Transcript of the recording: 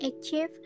achieve